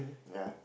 ya